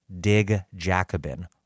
digjacobin